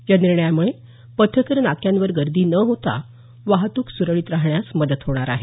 या निर्णयामुळे पथकर नाक्यांवर गर्दी न होता वाहतुक सुरळीत राहण्यास मदत होणार आहे